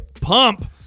Pump